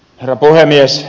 herra puhemies